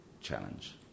challenge